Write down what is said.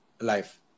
life